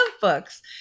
books